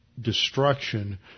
destruction